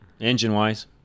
engine-wise